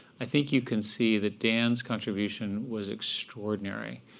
i think you can see that dan's contribution was extraordinary.